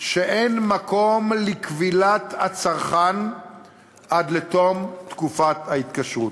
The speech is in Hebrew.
שאין מקום לכבילת הצרכן עד לתום תקופת ההתקשרות.